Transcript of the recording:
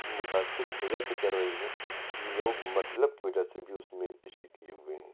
متاثر اس وجہ سے کر رہی ہیں کہ لوگ مطلب کی وجہ سے بھی اس میں عشق کئے ہوئے ہیں